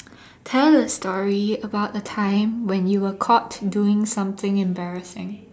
tell a story about a time when you were caught doing something embarrassing